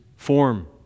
form